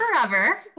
Forever